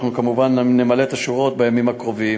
אנחנו, כמובן, נמלא את השורות בימים הקרובים,